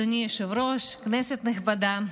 אדוני היושב-ראש, כנסת נכבדה,